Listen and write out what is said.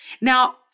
Now